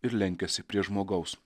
ir lenkiasi prie žmogaus